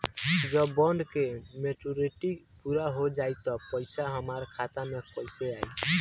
जब बॉन्ड के मेचूरिटि पूरा हो जायी त पईसा हमरा खाता मे कैसे आई?